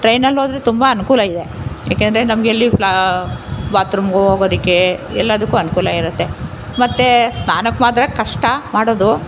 ಟ್ರೈನಲ್ಲೋದರೆ ತುಂಬ ಅನುಕೂಲ ಇದೆ ಏಕೆಂದ್ರೆ ನಮಗೆ ಅಲ್ಲಿ ಫ್ಲಾ ಬಾತ್ರೂಮ್ಗೆ ಹೋಗೋದಕ್ಕೆ ಎಲ್ಲದಕ್ಕೂ ಅನುಕೂಲ ಇರುತ್ತೆ ಮತ್ತೆ ಸ್ನಾನಕ್ಕೆ ಮಾತ್ರ ಕಷ್ಟ ಮಾಡೋದು